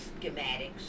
schematics